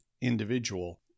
individual